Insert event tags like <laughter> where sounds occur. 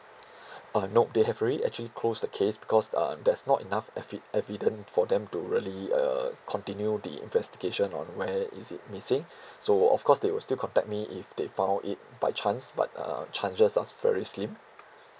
<breath> uh nope they have already actually closed the case because um there's not enough evi~ evidence for them to really uh continue the investigation on where is it missing <breath> so of course they will still contact me if they found it by chance but uh chances are very slim